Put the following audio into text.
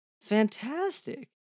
Fantastic